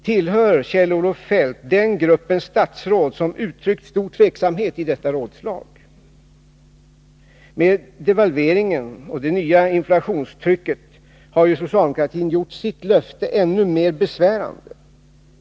Tillhör Kjell-Olof Feldt den grupp statsråd som i detta rådslag uttryckte stor tveksamhet? Med devalveringen och det nya inflationstrycket har ju socialdemokratin gjort sitt löfte ännu mer besvärande.